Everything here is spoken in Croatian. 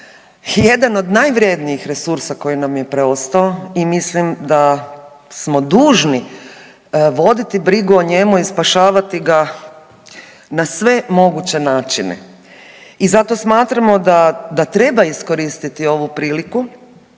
jedan od najvrjednijih resursa koji nam je preostao i mislim da smo dužni voditi brigu o njemu i spašavati ga na sve moguće načine. I zato smatramo da treba iskoristiti ovu priliku